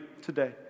today